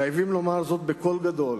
חייבים לומר זאת בקול גדול